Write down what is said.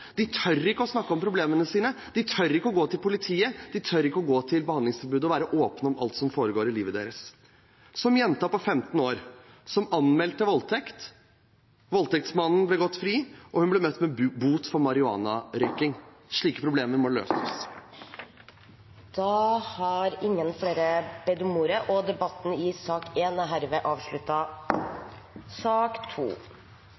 De tør ikke å snakke om problemene sine, de tør ikke å gå til politiet, de tør ikke å gå til behandlingstilbudet og være åpne om alt som foregår i livet sitt – som jenta på 15 år som anmeldte voldtekt, voldtektsmannen gikk fri, og hun ble møtt med en bot for marihuanarøyking. Slike problemer må løses. Flere har ikke bedt om ordet til sak nr. 1. Etter ønske fra helse- og